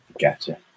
Gotcha